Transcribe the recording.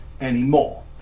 anymore